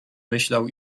myślał